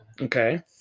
Okay